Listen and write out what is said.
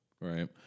Right